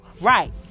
right